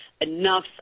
enough